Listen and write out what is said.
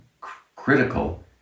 critical